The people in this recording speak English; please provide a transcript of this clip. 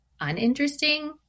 uninteresting